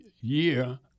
year